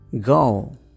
go